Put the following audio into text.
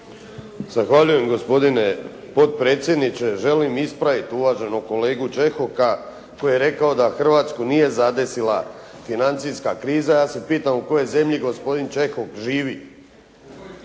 Zahvaljujem gospodine potpredsjedniče. Želim ispraviti uvaženog kolegu Čehoka koji je rekao da Hrvatsku nije zadesila financijska kriza. Ja se pitam u kojoj zemlji gospodin Čehok živi?